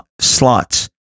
slots